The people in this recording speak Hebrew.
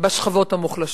בשכבות המוחלשות.